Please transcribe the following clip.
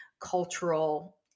cultural